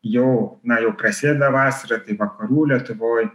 jau na jau prasideda vasara tai vakarų lietuvoj